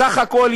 סך הכול,